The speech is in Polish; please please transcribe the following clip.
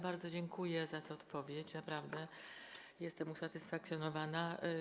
Bardzo dziękuję za tę odpowiedź, naprawdę, jestem usatysfakcjonowana.